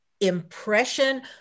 impression